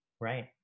right